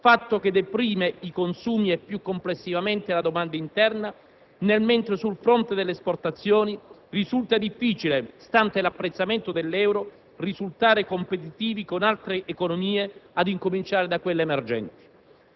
fatto che deprime i consumi e più complessivamente la domanda interna, mentre sul fronte delle esportazioni risulta difficile, stante l'apprezzamento dell'euro, risultare competitivi con altre economie, ad incominciare da quelle emergenti.